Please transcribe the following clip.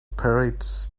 parades